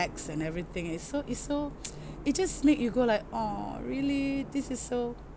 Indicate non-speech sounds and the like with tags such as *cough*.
and everything is so is so *noise* it just make you go like !aww! really this is so